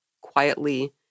quietly